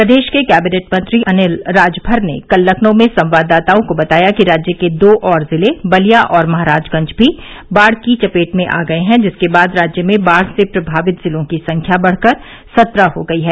प्रदेश के कैबिनेट मंत्री अनिल राजभर ने कल लखनऊ में संवाददाताओं को बताया कि राज्य के दो और जिले बलिया और महराजगंज भी बाढ़ की चपेट में आ गए हैं जिसके बाद राज्य में बाढ़ से प्रभावित जिलों की संख्या बढ़कर सत्रह हो गयी है